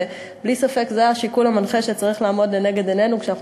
שבלי ספק זה השיקול המנחה שצריך לעמוד לנגד עינינו כשאנחנו